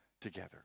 together